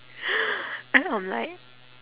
then I'm like